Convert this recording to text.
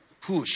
push